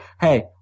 hey